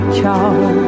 charge